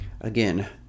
Again